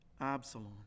Absalom